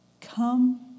Come